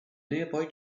nearby